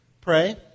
Pray